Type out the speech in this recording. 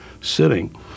sitting